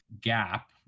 gap